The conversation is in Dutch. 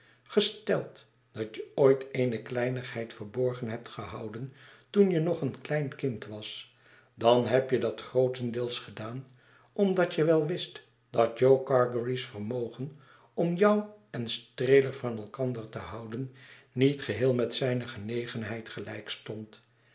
gesteld dat je ooit eene kleinigheid verborgen hebt gehouden toen je nog een klein kind was dan heb je dat grootendeels gedaan omdat je wel wist dat jo gargery's vermogen om jou en streeler van elkander te houdeii niet geheel met zijne genegenheid gelijk